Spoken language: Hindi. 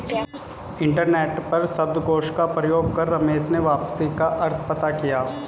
इंटरनेट पर शब्दकोश का प्रयोग कर रमेश ने वापसी का अर्थ पता किया